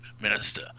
minister